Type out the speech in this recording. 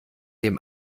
dem